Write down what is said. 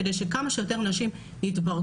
כדי שכמה שיותר נשים התברגו,